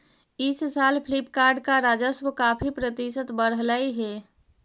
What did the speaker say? इस साल फ्लिपकार्ट का राजस्व काफी प्रतिशत बढ़लई हे